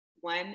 one